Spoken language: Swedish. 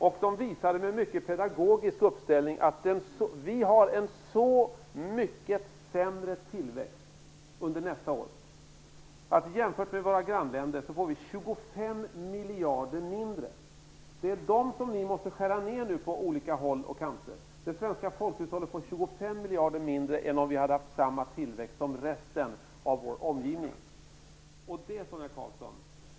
Man visade med en mycket pedagogisk uppställning att vi har en mycket sämre tillväxt under nästa år. Jämfört med våra grannländer får vi 25 miljarder mindre i tillväxt. Det är denna summa som vi nu måste skära ned på olika håll och kanter. Det svenska folkhushållet får 25 miljarder mindre än om vi hade haft samma tillväxt som länderna i vår omgivning. Sonia Karlsson!